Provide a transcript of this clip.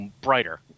brighter